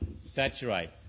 Saturate